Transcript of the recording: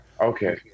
Okay